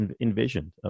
envisioned